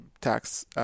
tax